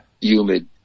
Humid